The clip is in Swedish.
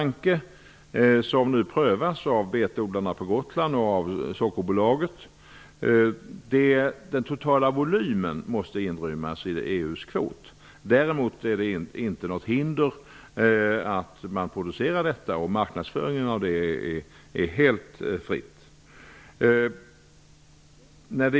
Den prövas nu av betodlarna på Gotland och av Sockerbolaget. Den totala volymen måste inrymmas i EU:s kvot. Däremot finns det inte något hinder mot att producera ekologiskt socker, och marknadsföringen är helt fri.